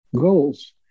goals